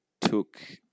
took